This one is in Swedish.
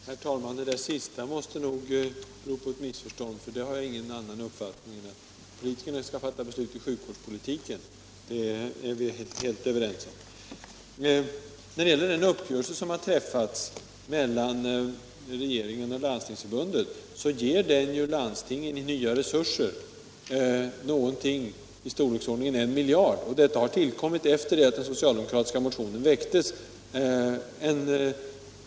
Herr talman! Det som herr Karlsson i Huskvarna sade på slutet måste bero på ett missförstånd, för jag har ingen annan uppfattning än den att det är politikerna som skall fatta beslut i fråga om sjukvårdspolitiken. När det gäller den uppgörelse som träffats mellan regeringen och Landstingsförbundet vill jag framhålla att den ju ger landstingen nya resurser av storleksordningen 1 miljard. Detta har tillkommit efter det att den socialdemokratiska motionen väcktes.